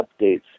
updates